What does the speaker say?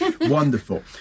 Wonderful